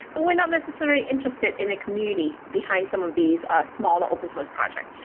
but we're not necessarily interested in a community behind some of these smaller open source project.